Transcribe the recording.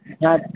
हा